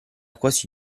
quasi